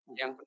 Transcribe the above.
yang